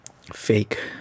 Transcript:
fake